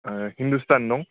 ओ हिन्दुस्तान दं